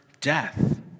death